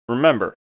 Remember